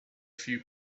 few